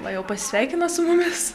va jau pasisveikino su mumis